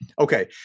Okay